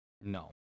No